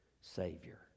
Savior